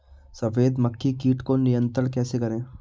सफेद मक्खी कीट को नियंत्रण कैसे करें?